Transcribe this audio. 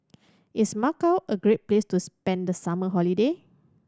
is Macau a great place to spend the summer holiday